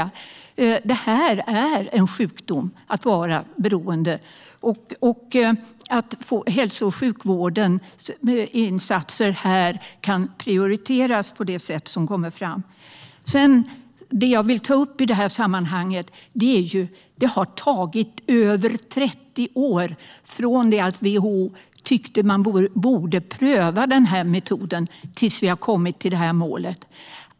Att vara beroende är en sjukdom, och nu kan hälso och sjukvårdsinsatser prioriteras på ett sätt som kommer fram. Det jag vill ta upp i det här sammanhanget är att det har tagit över 30 år från det att WHO tyckte att man borde pröva den här metoden tills vi har kommit till det här målet.